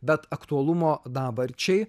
bet aktualumo dabarčiai